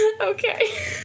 Okay